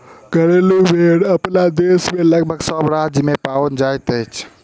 घरेलू भेंड़ अपना देश मे लगभग सभ राज्य मे पाओल जाइत अछि